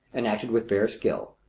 and acted with fair skill.